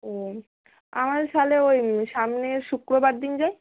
ও আমার তাহলে ওই সামনের শুক্রবার দিন যাই